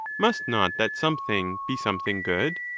must not that something be something good?